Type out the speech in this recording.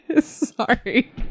Sorry